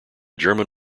german